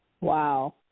Wow